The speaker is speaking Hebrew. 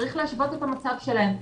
צריך להשוות את המצב שלהם.